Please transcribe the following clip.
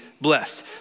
blessed